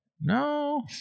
No